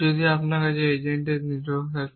যদি আপনার কাছে এজেন্টদের নেটওয়ার্ক থাকে